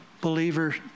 believer